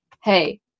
Hey